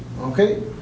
okay